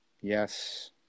yes